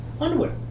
underwear